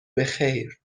بخیر